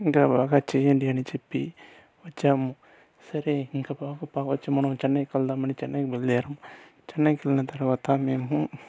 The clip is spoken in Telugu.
ఇంకా బాగా చేయండి అని చెప్పి వచ్చాము సరే ఇంక పోకపోవచ్చు మనం చెన్నైకి వెళ్దాము అని చెన్నైకి బయలుదేరాము చెన్నైకి వెళ్లిన తర్వాత మేము